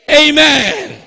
amen